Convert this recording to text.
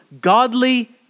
godly